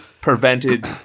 prevented